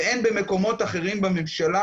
ואין במקומות אחרים בממשלה,